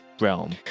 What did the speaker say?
realm